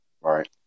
Right